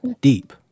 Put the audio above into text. Deep